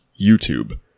YouTube